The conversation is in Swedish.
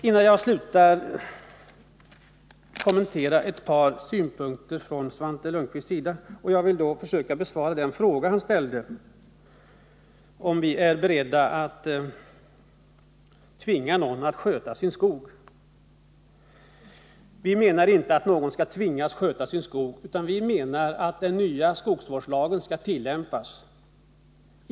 Innan jag slutar vill jag kommentera ett par av Svante Lundkvists synpunkter. Jag skall också försöka besvara hans fråga, om vi är beredda att tvinga någon att sköta sin skog. Vi menar inte att någon skall tvingas att sköta sin skog utan anser att den nya skogsvårdslagen skall tillämpas.